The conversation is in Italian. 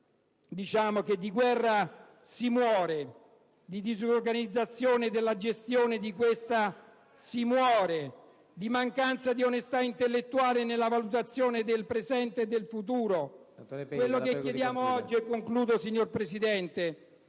colleghi! Di guerra si muore, di disorganizzazione nella gestione di questa si muore, di mancanza di onestà intellettuale nella valutazione del presente e del futuro. Quello che chiediamo oggi, pur sapendo di essere